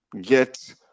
get